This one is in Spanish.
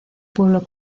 pueblo